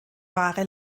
wahre